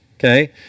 Okay